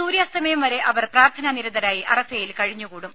സൂര്യാസ്തമയം വരെ അവർ പ്രാർഥനാ നിരതരായി അറഫയിൽ കഴിഞ്ഞുകുടും